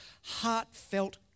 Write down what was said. heartfelt